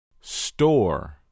Store